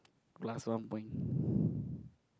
plus one point